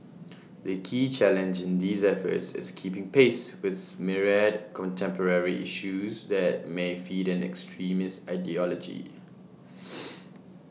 the key challenge in these efforts is keeping pace with myriad contemporary issues that may feed an extremist ideology